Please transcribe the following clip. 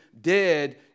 dead